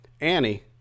Annie